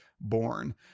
born